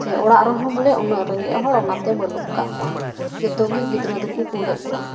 ᱥᱮ ᱚᱲᱟᱜ ᱨᱮᱦᱚᱸ ᱵᱚᱞᱮ ᱩᱱᱟᱹᱜ ᱨᱮᱸᱜᱮᱡ ᱦᱚᱲ ᱚᱱᱟᱛᱮ ᱵᱟᱹᱱᱩᱜ ᱟᱠᱟᱫ ᱠᱚᱣᱟ ᱡᱚᱛᱚ ᱜᱮ ᱜᱤᱫᱽᱟᱹ ᱫᱚᱠᱚ ᱠᱩᱞᱮᱫ ᱠᱚᱣᱟ